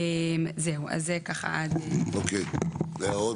אוקיי, הערות?